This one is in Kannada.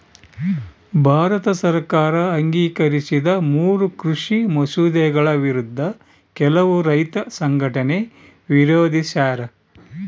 ಭಾರತ ಸರ್ಕಾರ ಅಂಗೀಕರಿಸಿದ ಮೂರೂ ಕೃಷಿ ಮಸೂದೆಗಳ ವಿರುದ್ಧ ಕೆಲವು ರೈತ ಸಂಘಟನೆ ವಿರೋಧಿಸ್ಯಾರ